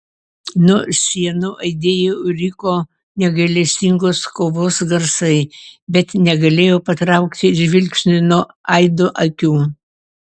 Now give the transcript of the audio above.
nuo sienų aidėjo ryko negailestingos kovos garsai bet negalėjau patraukti žvilgsnio nuo aido akių